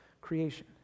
creation